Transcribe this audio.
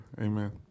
amen